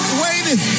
waiting